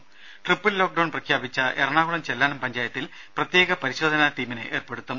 ത triple lockdown പ്രഖ്യാപിച്ച എറണാകുളം ചെല്ലാനം പഞ്ചായത്തിൽ പ്രത്യേക പരിശോധന ടീമിനെ ഏർപ്പെടുത്തും